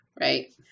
Right